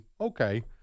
Okay